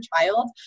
child